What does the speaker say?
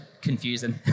confusing